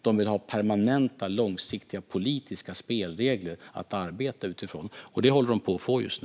De vill ha permanenta, långsiktiga och politiska spelregler att arbeta utifrån, och det håller de på att få just nu.